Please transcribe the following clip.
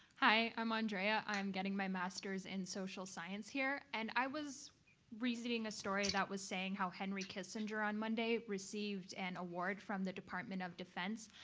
hi, i'm andrea. i'm getting my master's in social science here. and i was reading a story that was saying how henry kissinger, on monday, received an award from the department of defense.